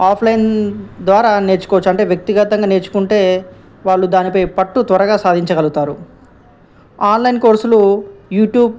offline ద్వారా నేర్చుకోవచ్చు అంటే వ్యక్తిగతంగా నేర్చుకుంటే వాళ్ళు దానిపై పట్టు త్వరగా సాధించగలుగుతారు ఆన్లైన్ కోర్సులు యూట్యూబ్